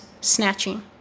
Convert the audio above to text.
snatching